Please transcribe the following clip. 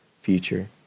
future